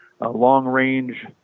long-range